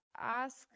ask